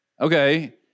Okay